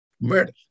Murder